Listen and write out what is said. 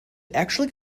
actually